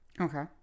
Okay